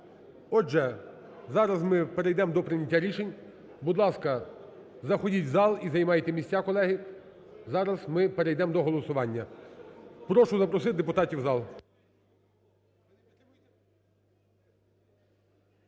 Отже, зараз ми перейдемо до прийняття рішень. Будь ласка, заходіть в зал і займайте місця, колеги. Зараз ми перейдемо до голосування. Прошу запросити депутатів в зал.